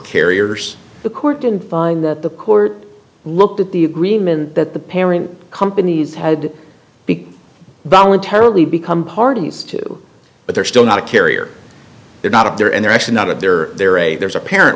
carriers the court didn't find that the court looked at the agreement that the parent companies had big ballon terribly become parties too but they're still not a carrier they're not up there and they're actually not of there they're a there's a parent